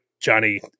Johnny